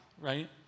right